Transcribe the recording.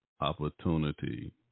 opportunity